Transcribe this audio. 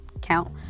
Count